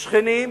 שכנים,